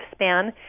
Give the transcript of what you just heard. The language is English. lifespan